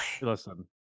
listen